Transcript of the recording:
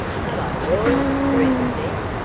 hello, roy! greeted ned.